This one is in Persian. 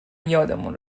یادمون